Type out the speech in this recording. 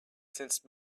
sensed